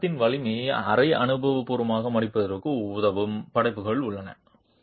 எனவே விமானத்தின் வலிமையை அரை அனுபவபூர்வமாக மதிப்பிடுவதற்கு உதவும் படைப்புகள் உள்ளன